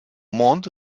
monde